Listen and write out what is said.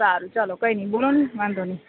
સારુ ચલો કઈ નહીં બોલો ને વાંધો નઇ